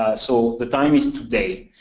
so the time is today.